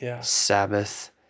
Sabbath